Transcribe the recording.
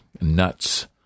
nuts